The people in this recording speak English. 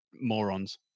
morons